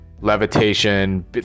levitation